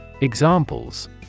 Examples